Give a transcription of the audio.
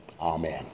Amen